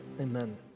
Amen